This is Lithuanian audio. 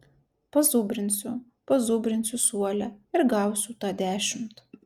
pazubrinsiu pazubrinsiu suole ir gausiu tą dešimt